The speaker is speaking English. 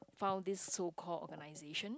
found this so called organisation